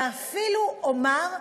ואפילו, אומר,